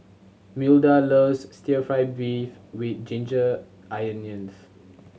Milda loves still fry beef with ginger onions